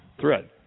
thread